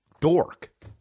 dork